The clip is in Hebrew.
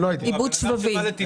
זה עיבוד שבבים.